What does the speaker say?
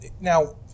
now